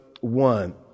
one